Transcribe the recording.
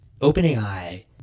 OpenAI